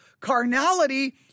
Carnality